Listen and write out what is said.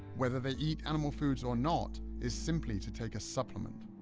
whether they eat animal foods or not, is simply to take a supplement.